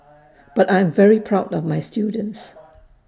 but I'm very proud of my students